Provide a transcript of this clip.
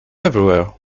everywhere